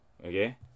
Okay